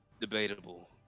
Debatable